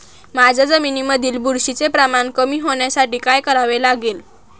माझ्या जमिनीमधील बुरशीचे प्रमाण कमी होण्यासाठी काय करावे लागेल?